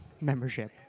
membership